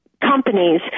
companies